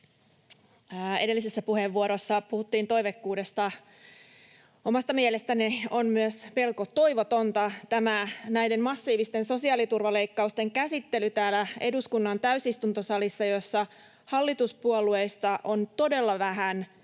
Edellisessä puheenvuorossa puhuttiin toiveikkuudesta. Omasta mielestäni on melko toivotonta myös tämä näiden massiivisten sosiaaliturvaleikkausten käsittely täällä eduskunnan täysistuntosalissa, jossa hallituspuolueista on todella vähän edustajia